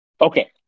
Okay